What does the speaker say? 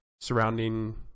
surrounding